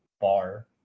bar